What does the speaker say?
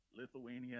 lithuania